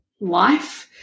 life